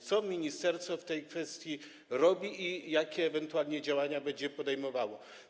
Co ministerstwo w tej kwestii robi i jakie ewentualnie działania będzie podejmowało?